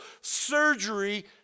surgery